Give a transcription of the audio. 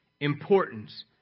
importance